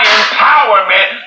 empowerment